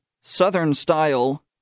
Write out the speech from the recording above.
Southern-style